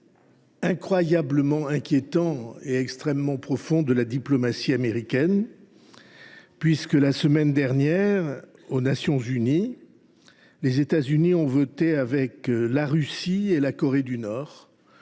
incroyablement inquiétant et extrêmement profond de la diplomatie américaine, puisque la semaine dernière, aux Nations unies, les États Unis ont voté avec la Russie et la Corée du Nord